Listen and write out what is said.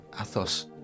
Athos